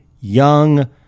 young